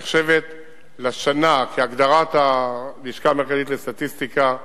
נחשבת לשנה, כהגדרת הלשכה המרכזית לסטטיסטיקה,